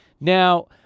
Now